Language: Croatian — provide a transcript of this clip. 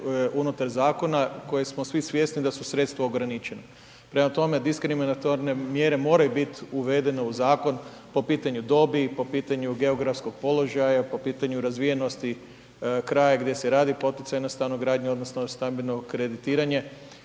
unutar zakona kojeg smo svi svjesni da su sredstva ograničena. Prema tome, diskriminatorne mjere moraju bit uvedene u zakon po pitanju dobi, po pitanju geografskog položaja, po pitanju razvijenosti kraja gdje se radi poticajna stanogradnja odnosno stambeno kreditiranje